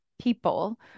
people